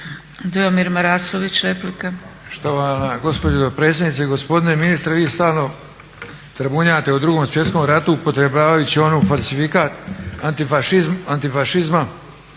Dujomir (HDZ)** Štovana gospođo dopredsjednice. Gospodine ministre vi stalno trabunjate o Drugom Svjetskom ratu upotrjebljavajući onu falsifikat antifašizma,